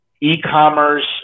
e-commerce